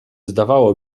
zdawało